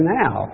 now